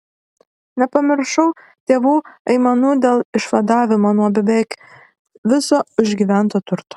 nepamiršau tėvų aimanų dėl išvadavimo nuo beveik viso užgyvento turto